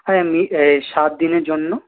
হ্যাঁ আমি এই সাত দিনের জন্য